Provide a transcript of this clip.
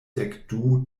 dekdu